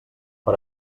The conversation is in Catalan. per